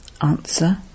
Answer